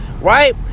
Right